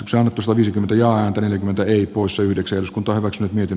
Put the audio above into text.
osanotto sopisi tuntojaan kävely tai possu yhdeksi uskonto ovat nyt miten